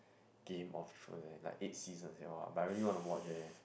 Game of Thrones and like eight seasons eh !wah! but I really want to watch eh